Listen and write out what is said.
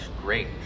great